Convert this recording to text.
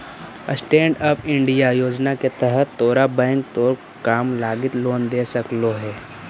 stand up India योजना के तहत तोरा बैंक तोर काम लागी लोन दे सकलो हे